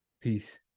Peace